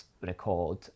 record